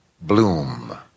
bloom